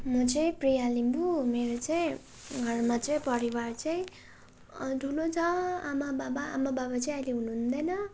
म चाहिँ प्रिया लिम्बू मेरो चाहिँ घरमा चाहिँ परिवार चाहिँ ठुलो छ आमाबाबा आमाबाबा चाहिँ अहिले हुनुहुँदैन